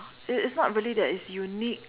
it is not really that it's unique